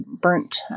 burnt